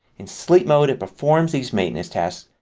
in sleep mode it performs these maintenance tasks.